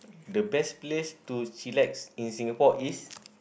the best to chillax in Singapore is